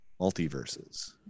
multiverses